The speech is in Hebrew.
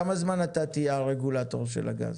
כמה זמן אתה תהיה הרגולטור של הגז?